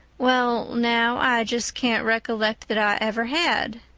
well now, i just can't recollect that i ever had.